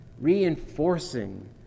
reinforcing